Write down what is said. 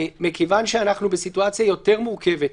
מכיוון שאנחנו בסיטואציה יותר מורכבת,